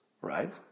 right